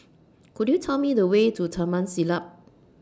Could YOU Tell Me The Way to Taman Siglap